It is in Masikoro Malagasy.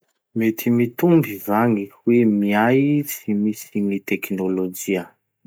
Mety mitomby va gny hoe miay tsy misy gny teknolojia?